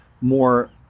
more